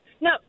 No